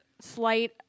slight